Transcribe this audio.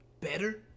better